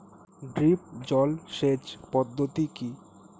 Drip জল সেচ পদ্ধতি কি?